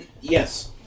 Yes